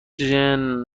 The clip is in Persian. gen